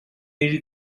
easy